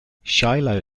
shiloh